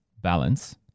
balance